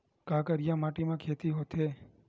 का करिया माटी म खेती होथे?